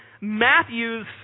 Matthew's